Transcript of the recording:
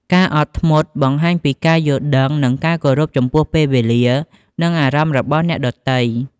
ការអត់ធ្មត់បង្ហាញពីការយល់ដឹង និងការគោរពចំពោះពេលវេលា និងអារម្មណ៍របស់អ្នកដទៃ។